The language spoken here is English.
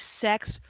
sex